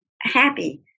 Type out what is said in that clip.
happy